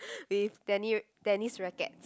with tenni~ tennis rackets